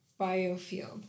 biofield